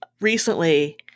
recently